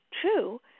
true